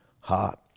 heart